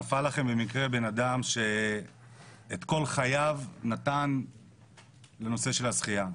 נפל לכם במקרה בן אדם שאת כל חייו נתן לנושא של השחייה.